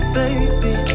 baby